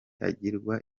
agirwa